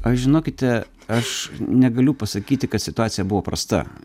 aš žinokite aš negaliu pasakyti kad situacija buvo prasta